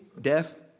death